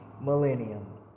millennium